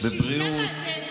יהיה לך זמן.